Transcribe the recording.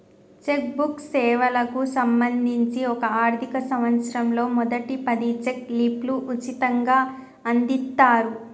check book సేవలకు సంబంధించి ఒక ఆర్థిక సంవత్సరంలో మొదటి పది చెక్ లీఫ్లు ఉచితంగ అందిత్తరు